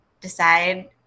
decide